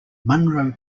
monroe